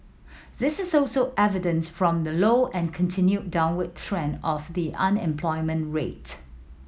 this is also evident from the low and continued downward trend of the unemployment rate